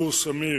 קורס "אמיר",